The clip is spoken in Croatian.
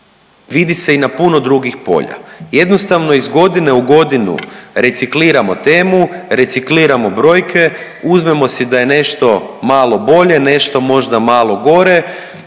vidi se i na puno drugih polja. Jednostavno iz godine u godinu recikliramo temu, recikliramo brojke, uzmemo si da je nešto malo bolje, nešto možda malo gore,